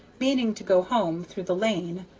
meaning to go home through the lane,